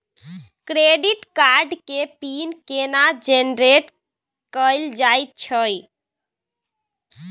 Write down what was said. Credit card के PIN केना generate कैल जाए छै?